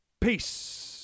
Peace